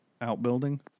outbuilding